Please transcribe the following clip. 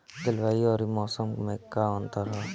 जलवायु अउर मौसम में का अंतर ह?